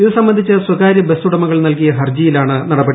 ഇതുസംബന്ധിച്ച് സ്വകാര്യ ബസ് ഉടമകൾ നൽകിയ ഹർജിയിലാണ് നടപടി